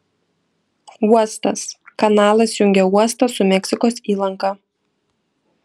uostas kanalas jungia uostą su meksikos įlanka